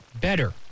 better